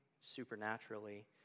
supernaturally